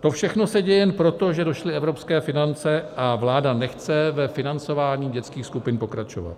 To všechno se děje jenom proto, že došly evropské finance a vláda nechce ve financování dětských skupin pokračovat,